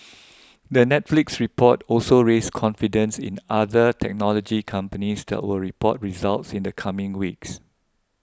the Netflix report also raised confidence in other technology companies that will report results in the coming weeks